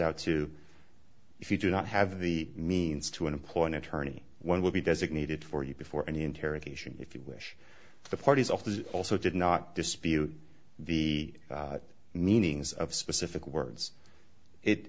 out to if you do not have the means to an employment attorney one will be designated for you before any interrogation if you wish the parties of this also did not dispute the meanings of specific words it